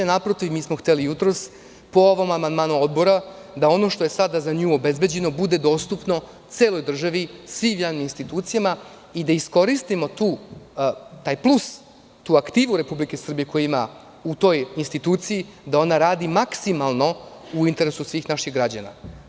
Naprotiv, mi smo hteli jutros po ovom amandmanu Odbora da ono što je sada za nju obezbeđeno bude dostupno celoj državi, svim njenim institucijama i da iskoristimo taj plus, tu aktivu Republike Srbije, koju ima u toj instituciji, da ona radi maksimalno u interesu svih naših građana.